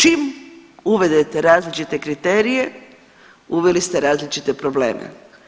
Čim uvedete različite kriterije uveli ste različite probleme.